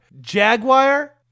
Jaguar